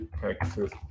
Texas